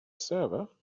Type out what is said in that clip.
server